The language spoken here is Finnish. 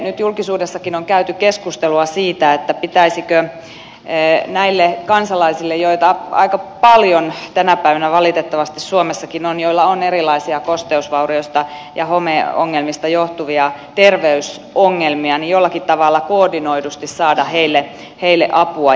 nyt julkisuudessakin on käyty keskustelua siitä pitäisikö näille kansalaisille joita aika paljon tänä päivänä valitettavasti suomessakin on joilla on erilaisia kosteusvaurioista ja homeongelmista johtuvia terveysongelmia jollakin tavalla koordinoidusti saada apua